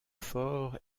forts